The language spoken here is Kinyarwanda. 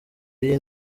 y’iyi